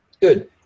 Good